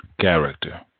character